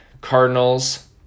Cardinals